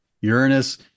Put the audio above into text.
Uranus